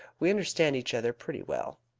we understand each other pretty well.